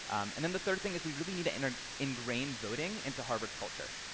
and then the third thing is we really need to and ingrain voting into harvard's culture.